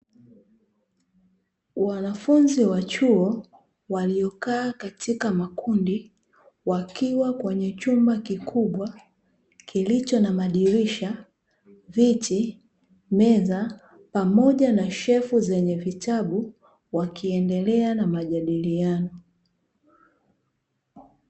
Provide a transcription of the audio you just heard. Wanafunzi wa chuo waliokaa katika makundi, wakiwa kwenye chumba kikubwa kilicho na madirisha, viti, meza pamoja na shelfu zenye vitabu, wakiendelea na majadiliano.